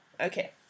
Okay